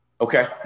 Okay